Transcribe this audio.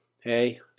Hey